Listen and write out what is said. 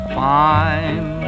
fine